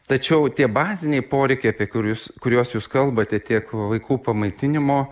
tačiau tie baziniai poreikiai apie kurius kuriuos jūs kalbate tiek vaikų pamaitinimo